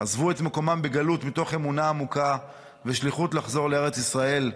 עזבו את מקומם בגלות מתוך אמונה עמוקה ושליחות לחזור לארץ ישראל,